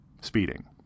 speeding